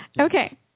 Okay